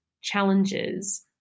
challenges